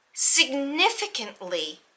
significantly